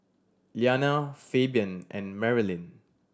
Liana Fabian and Marilyn